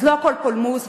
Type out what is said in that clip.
אז לא הכול פולמוס,